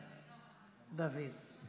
דוד,